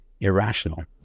irrational